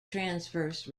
transverse